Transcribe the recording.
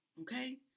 Okay